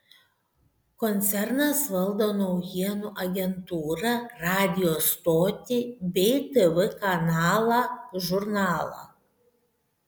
koncernas valdo naujienų agentūrą radijo stotį bei tv kanalą žurnalą